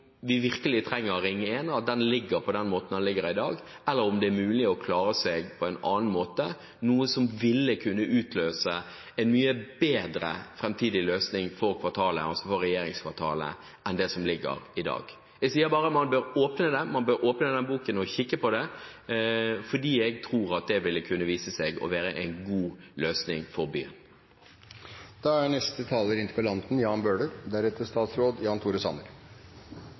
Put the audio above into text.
vi virkelig trenger Ring 1, at den ligger på den måten den ligger i dag, eller om det er mulig å klare seg på en annen måte, noe som vil kunne utløse en mye bedre framtidig løsning på regjeringskvartalet enn det vi ser i dag. Jeg sier bare at man bør åpne den boken og kikke på det, fordi jeg tror at det vil kunne vise seg å være en god løsning for byen.